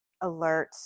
alert